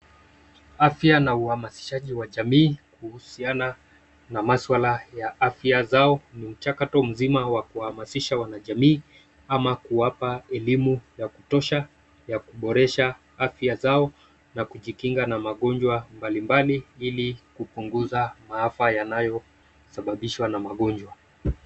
Afya na uhamasishaji wa jamii kuhusiana na maswala ya afya zao, ni mchakato mzima wa kuwahamasisha wanajamii ama kuwapa elimu ya kutosha ya kuboresha afya zao na kujikinga na magonjwa mbalimbali ili kupunguza maafa yanayosababishwa na magonjwa.